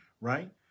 right